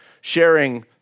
sharing